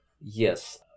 Yes